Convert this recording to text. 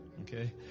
Okay